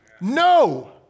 No